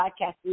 podcasting